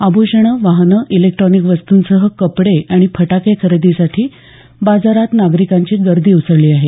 आभुषणं वाहनं इलेक्ट्रॉनिक वस्तूंसह कपडे आणि फटाके खरेदीसाठी बाजारात नागरिकांची गर्दी उसळली आहे